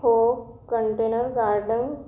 हो container garden